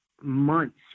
months